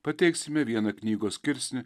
pateiksime vieną knygos skirsnį